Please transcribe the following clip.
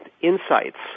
insights